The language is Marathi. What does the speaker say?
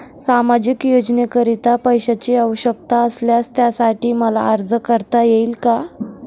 सामाजिक योजनेकरीता पैशांची आवश्यकता असल्यास त्यासाठी मला अर्ज करता येईल का?